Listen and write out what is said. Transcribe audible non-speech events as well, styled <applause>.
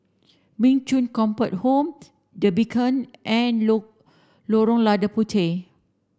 Min Chong Comfort Home The Beacon and <unintelligible> Lorong Lada Puteh